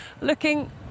looking